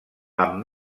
amb